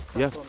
yes,